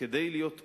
כדי להיות כן,